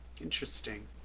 Interesting